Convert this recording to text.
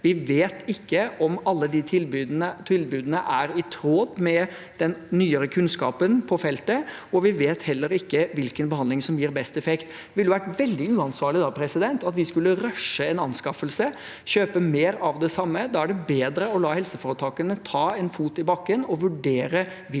Vi vet ikke om alle tilbudene er i tråd med den nyere kunnskapen på feltet, og vi vet heller ikke hvilken behandling som gir best effekt. Det ville da vært veldig uansvarlig om vi skulle rushe en anskaffelse og kjøpe mer av det samme. Da er det bedre å la helseforetakene ta en fot i bakken og vurdere hvilke tilbud